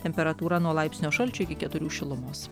temperatūra nuo laipsnio šalčio iki keturių šilumos